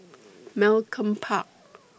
Malcolm Park